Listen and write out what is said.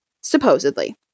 supposedly